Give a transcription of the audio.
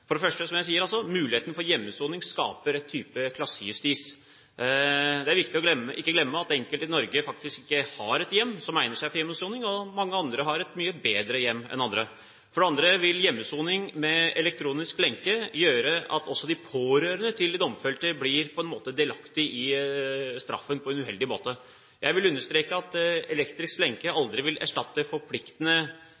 for hjemmesoning skaper for det første, som jeg sier, en type klassejustis. Det er viktig ikke å glemme at enkelte i Norge faktisk ikke har et hjem som egner seg for hjemmesoning, og mange andre har et mye bedre hjem enn andre. For det andre vil hjemmesoning med elektronisk lenke gjøre at også de pårørende til den domfelte på en måte blir delaktige i straffen på en uheldig måte. Jeg vil understreke at elektronisk lenke